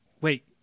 wait